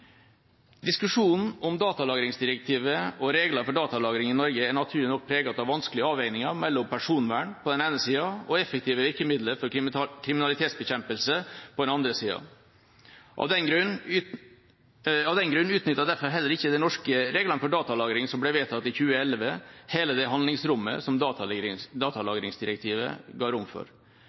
Diskusjonen om datalagringsdirektivet og regler for datalagring i Norge er naturlig nok preget av at det er vanskelige avveininger mellom personvern på den ene sida og effektive virkemidler mot kriminalitetsbekjempelse på den andre sida. Av den grunn utnyttet derfor heller ikke de norske reglene som ble vedtatt i 2011, hele det handlingsrommet som datalagringsdirektivet ga rom for.